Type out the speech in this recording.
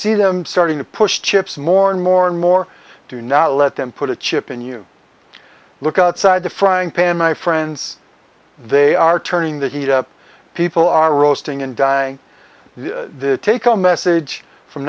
see them starting to push chips more and more and more do not let them put a chip in you look outside the frying pan my friends they are turning the heat up people are roasting and dying to take a message from